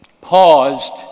paused